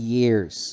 years